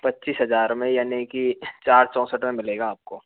पच्चीस हजार में यानि की चार चौसठ में मिलेगा आपको